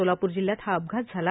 सोलापूर जिल्ह्यात हा अपघात झाला